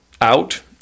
out